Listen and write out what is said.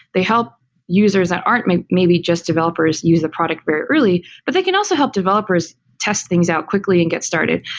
they help users that aren't maybe just developers use the product very early, but they can also help developers test things out quickly and get started.